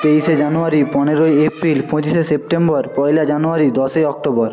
তেইশে জানুয়ারি পনেরোই এপ্রিল পঁচিশে সেপ্টেম্বর পয়লা জানুয়ারি দশই অক্টোবর